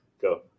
go